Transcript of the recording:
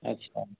अच्छा